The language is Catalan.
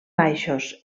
baixos